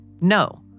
No